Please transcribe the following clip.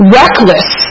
reckless